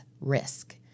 risk